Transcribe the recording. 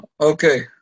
Okay